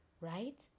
right